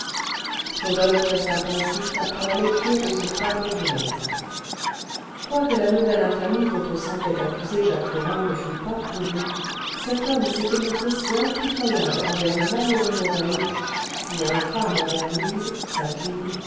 rodolphe resta pensif après la lecture de ce fragment de lettre quoique la nouvelle infamie dont on semblait accuser jacques ferrand ne fût pas prouvée cet homme s'était montré si impitoyable envers le malheureux morel si infâme envers louise sa fille